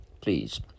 please